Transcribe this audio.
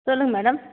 சொல்லுங்கள் மேடம்